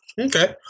Okay